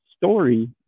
story